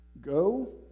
go